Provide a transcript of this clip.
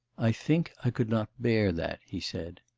i think i could not bear that he said.